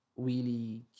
wheelie